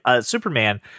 Superman